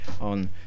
on